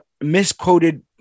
misquoted